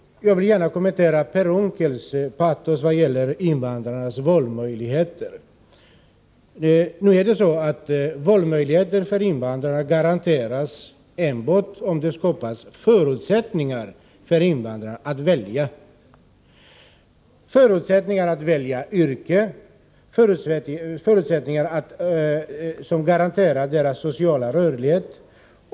Jag vill också kommentera Per Unckels patos när det gäller invandrarnas valmöjligheter. Invandrare garanteras valmöjligheter enbart om det skapas förutsättningar för dem att välja, t.ex. förutsättningar att välja yrke, förutsättningar för deras sociala rörlighet.